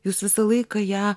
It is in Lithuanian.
jūs visą laiką ją